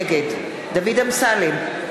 נגד דוד אמסלם,